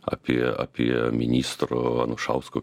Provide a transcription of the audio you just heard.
apie apie ministro anušausko